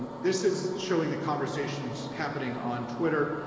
and this is showing the conversations happening on twitter.